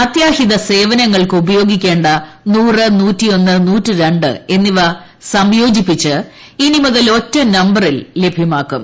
അത്യാഹിത സേവനങ്ങൾക്ക് ഉപയോഗിക്കേണ്ട നൂറ് നൂറ്റിയൊന്ന് നൂറ്റി രണ്ട് എന്നിവ സംയോജിപ്പിച്ച് ഇനിമുതൽ ഒറ്റ നമ്പറിൽ ലഭ്യമാക്കും